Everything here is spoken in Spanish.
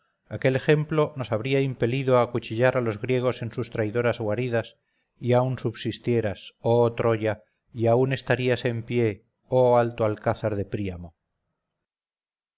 aquel ejemplo nos habría impelido a acuchillar a los griegos en sus traidoras guaridas y aun subsistieras oh troya y aun estarías en pie oh alto alcázar de príamo